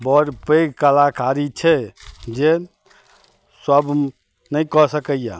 बड़ पैघ कलाकारी छै जे सब नहि कऽ सकइए